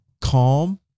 calm